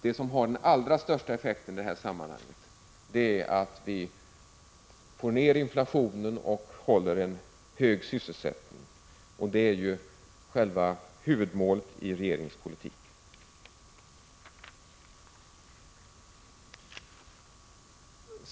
Det som har den allra största effekten i det här sammanhanget är naturligtvis att vi får ner inflationen och håller en hög sysselsättning, och det är ju själva huvudmålet i regeringens politik.